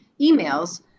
emails